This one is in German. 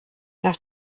nach